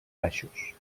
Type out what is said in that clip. baixos